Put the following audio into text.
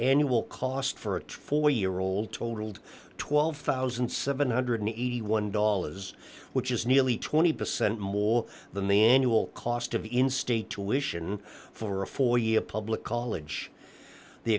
annual cost for a four year old totaled twelve thousand seven hundred and eighty one dollars which is nearly twenty percent more the manual cost of in state tuition for a four year public college the